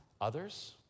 others